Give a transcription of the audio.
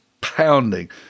pounding